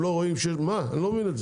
אני לא מבין,